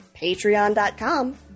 Patreon.com